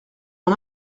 mon